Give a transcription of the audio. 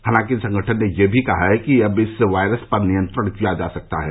हालांकि संगठन ने यह भी कहा कि अब भी इस वायरस पर नियंत्रण किया जा सकता है